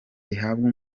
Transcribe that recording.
rihabwa